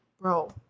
Bro